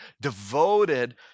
devoted